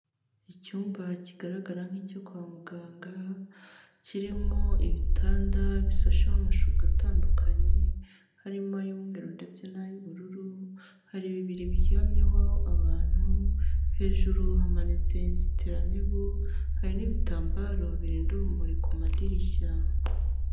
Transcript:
Icyumba kigaragara nk'icyo kwa muganga, kirimo ibitanda bishasheho amashuka atandukanye, harimo ay'umweruru ndetse n'ay'ubururu, hari bibiri biryamyeho abantu, hejuru hamanitse inzitiramibu hari n'ibitambaro birinda urumuri ku madirishya.